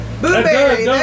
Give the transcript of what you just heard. Blueberry